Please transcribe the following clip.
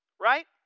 right